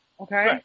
okay